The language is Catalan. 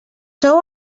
sou